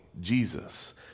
Jesus